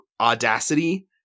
audacity